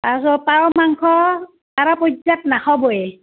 তাৰপাছত পাৰ মাংস পৰা পৰ্যায়ত নাখাবয়ে